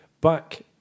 back